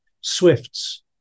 swifts